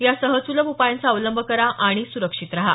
या सहज सुलभ उपायांचा अवलंब करा आणि सुरक्षित रहा